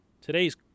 Today's